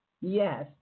Yes